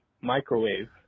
microwave